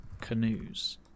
canoes